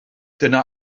dyna